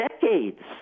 decades